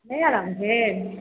नै आराम भेल